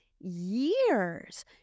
years